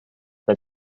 der